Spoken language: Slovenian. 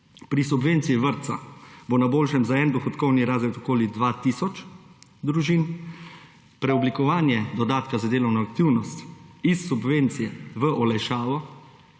Pri subvenciji vrtca bo na boljšem za en dohodkovni razred okoli 2 tisoč družin. Preoblikovanje dodatka za delovno aktivnost iz subvencije v olajšavo